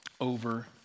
over